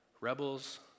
rebels